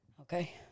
Okay